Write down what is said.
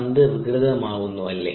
പന്ത് വികൃതമാവുന്നുഅല്ലേ